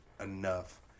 enough